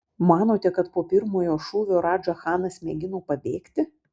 manote kad po pirmojo šūvio radža chanas mėgino pabėgti